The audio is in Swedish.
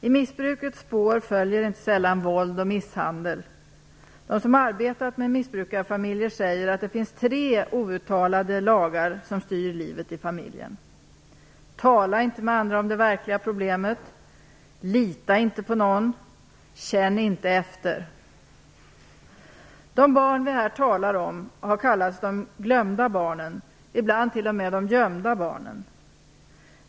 I missbrukets spår följer inte sällan våld och misshandel. De som arbetat med missbrukarfamiljer säger att det finns tre outtalade lagar som styr livet i familjen: tala inte med andra om det verkliga problemet, lita inte på någon, känn inte efter. De barn vi här talar om har kallats de glömda barnen, ibland t.o.m. de gömda barnen.